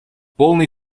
полный